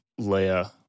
Leia